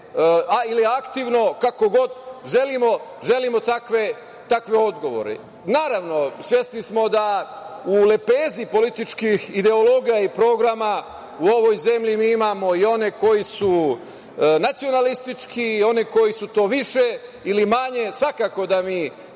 ili aktivno, kako god želimo takve odgovore. Naravno, svesni smo da u lepezi političkih ideologa i programa u ovoj zemlji mi imamo i one koji su nacionalistički i one koji su to više ili manje, svakako da